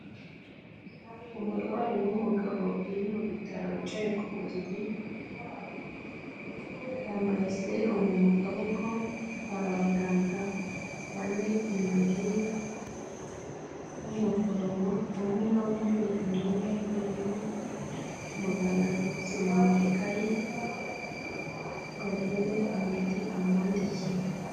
Umurwayi wumugabo uri mu bitaro yicaye ku buriri,, yambaye serumu mu kaboko hari abaganga bane imbere ye, umuforomo umwe wambaye imyenda y'ubururu, umuganga ari gusoma mukaye ngo arebe imiti amwandikira.